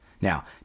now